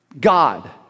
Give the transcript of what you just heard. God